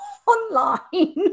online